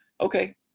Okay